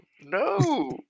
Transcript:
no